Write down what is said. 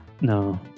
No